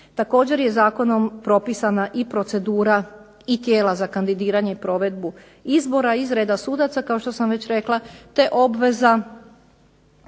Također je zakonom propisana procedura i tijela za kandidiranje, provedbu izbora iz reda sudaca kao što sam već rekla, te obveza